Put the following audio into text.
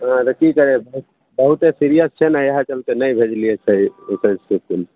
हँ तऽ कि करिए बहुते सीरिअस छै ने इएह चलते नहि भेजलिए सर एकर इसकुल